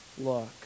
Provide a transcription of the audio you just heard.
look